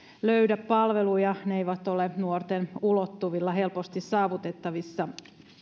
löydä palveluja ne eivät ole nuorten ulottuvilla helposti saavutettavissa